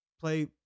play